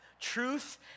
Truth